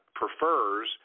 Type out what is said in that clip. prefers